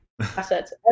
Assets